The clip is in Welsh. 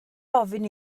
ofyn